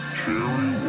Cherry